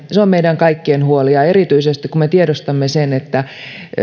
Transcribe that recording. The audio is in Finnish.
se on meidän kaikkien huoli ja erityisesti kun me tiedostamme sen että